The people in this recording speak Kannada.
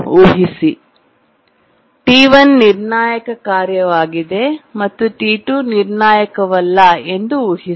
T2 ನಿರ್ಣಾಯಕ ಕಾರ್ಯವಾಗಿದೆ ಮತ್ತು T2 ನಿರ್ಣಾಯಕವಲ್ಲ ಎಂದು ಊಹಿಸಿ